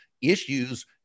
issues